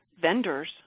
vendors